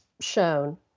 shown